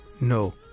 no